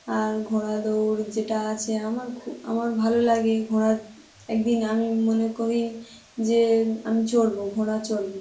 আর ঘোড়া দৌড় যেটা আছে আমার খু আমার ভালো লাগে ঘোড়ার একদিন আমি মনে করি যে আমি চড়ব ঘোড়া চড়ব